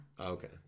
Okay